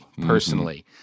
personally